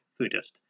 Foodist